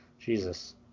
Jesus